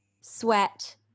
sweat